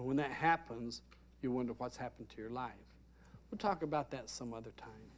shifts when that happens you wonder what's happened to your life you talk about that some other time